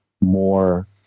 more